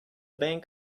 bank